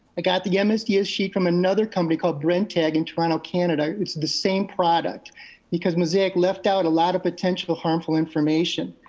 i got the yeah msds sheet from another company called brentag in toronto canada. it's the same product because mosaic left out a lot of potential harmful information.